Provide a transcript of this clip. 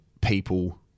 people